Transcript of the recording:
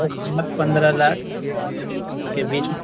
پندرہ لاکھ اس کے بیچ میں